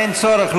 אין צורך.